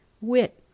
wit